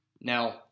Now